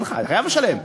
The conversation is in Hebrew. הוא חייב לשלם.